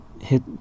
hit